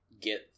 get